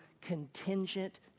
contingent